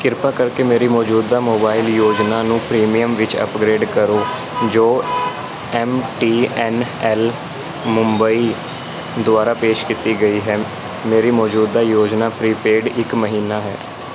ਕਿਰਪਾ ਕਰਕੇ ਮੇਰੀ ਮੌਜੂਦਾ ਮੋਬਾਈਲ ਯੋਜਨਾ ਨੂੰ ਪ੍ਰੀਮੀਅਮ ਵਿੱਚ ਅਪਗ੍ਰੇਡ ਕਰੋ ਜੋ M T N L Mumbai ਦੁਆਰਾ ਪੇਸ਼ ਕੀਤੀ ਗਈ ਹੈ ਮੇਰੀ ਮੌਜੂਦਾ ਯੋਜਨਾ ਪ੍ਰੀਪੇਡ ਇੱਕ ਮਹੀਨਾ ਹੈ